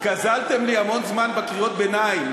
גזלתם לי המון זמן בקריאות ביניים,